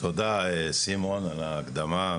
תודה סימון על ההקדמה.